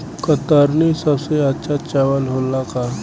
कतरनी सबसे अच्छा चावल होला का?